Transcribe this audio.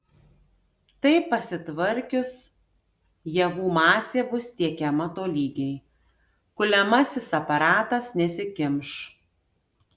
tai pasitvarkius javų masė bus tiekiama tolygiai kuliamasis aparatas nesikimš